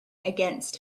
against